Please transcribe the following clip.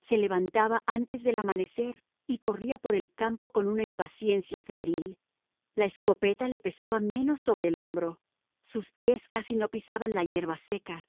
se levantaba antes del amanecer y corría por el campo con una impaciencia febril la escopeta le pesaba menos sobre el hombro sus pies casi no pisaban la hierba seca